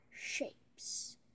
shapes